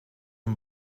een